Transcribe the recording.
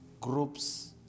groups